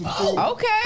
Okay